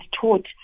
taught